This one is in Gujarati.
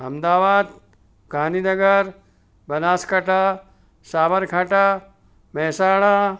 અમદાવાદ ગાંધીનગર બનાસકાંઠા સાબરકાંઠા મહેસાણા